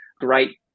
great